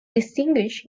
distinguished